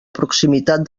proximitat